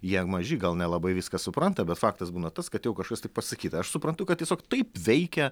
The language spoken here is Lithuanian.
jie maži gal nelabai viską supranta bet faktas būna tas kad jau kažkas tai pasakyta aš suprantu kad tiesiog taip veikia